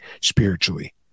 spiritually